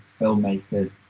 filmmakers